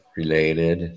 related